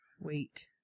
Wait